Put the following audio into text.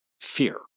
fear